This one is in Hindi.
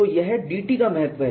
तो यह DT का महत्व है